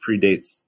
predates